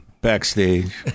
backstage